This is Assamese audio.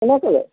কেনেকৈ